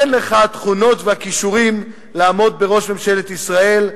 אין לך את התכונות והכישורים לעמוד בראש ממשלת ישראל.